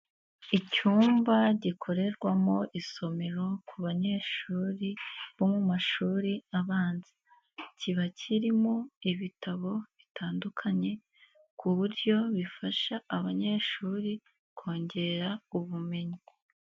Icyumba gikorerwamo isomero ku banyeshuri bo mu mashuri abanza, kiba kirimo ibitabo bitandukanye ku buryo bifasha abanyeshuri kongera ubumenyi.